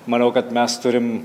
manau kad mes turim